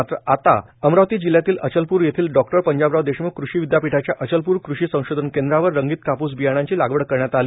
मात्र आता अमरावती जिल्ह्यातील अचलप्र येथील डॉक्टर पंजाबराव देशम्ख कृषी विद्यापीठाच्या अचलप्र कृषी संशोधन केंद्रावर रंगीत काप्स बियाणांची लागवड करण्यात आली